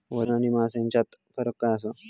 वजन आणि मास हेच्यात फरक काय आसा?